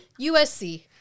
USC